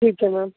ਠੀਕ ਹੈ ਮੈਮ